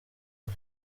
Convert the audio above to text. ubu